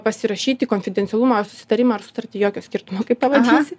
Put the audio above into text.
pasirašyti konfidencialumo susitarimą ar sutartį jokio skirtumo kaip pavadinsi